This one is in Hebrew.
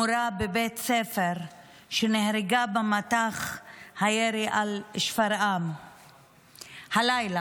מורה בבית ספר שנהרגה במטח הירי על שפרעם הלילה.